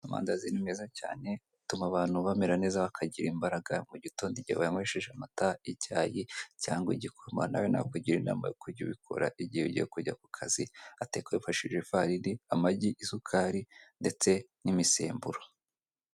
Amandazi ni meza cyane, atuma abantu bamera neza bakagira imbaraga mu gitondo gihe bayanywesheje amata, icyayi cyangwa igikoma, nawe nakugira inama yo kujya ubikora igihe ugiye kujya ku kazi, atekwa wifashishijwe, ifarini, amagi, isukari ndetse n'imisemburo.